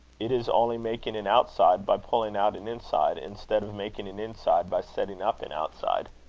it is only making an outside by pulling out an inside, instead of making an inside by setting up an outside.